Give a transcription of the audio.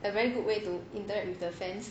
I very good way to interact with the fas